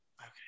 Okay